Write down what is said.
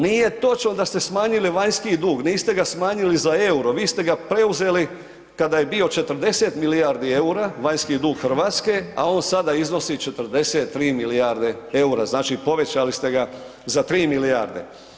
Nije točno da ste smanjili vanjski dug, niste ga smanjili za euro, vi ste ga preuzeli kada je bio 40 milijardi eura, vanjski dug Hrvatske, a on sada iznosi 43 milijarde eura, znači povećali ste ga za 3 milijarde.